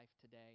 today